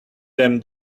them